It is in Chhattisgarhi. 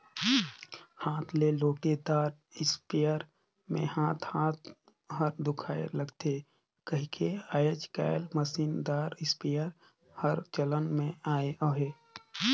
हाथ ले ओटे दार इस्पेयर मे हाथ हाथ हर दुखाए लगथे कहिके आएज काएल मसीन दार इस्पेयर हर चलन मे अहे